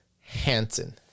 Hansen